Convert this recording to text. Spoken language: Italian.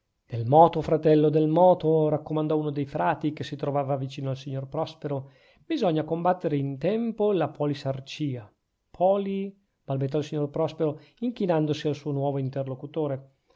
colpa del moto fratello del moto raccomandò uno dei frati che si trovava vicino al signor prospero bisogna combattere in tempo la polisarcia poli balbettò il signor prospero inchinandosi al suo nuovo interlocutore